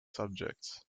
subjects